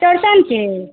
चौरचनके